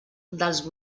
dels